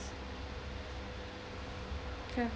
okay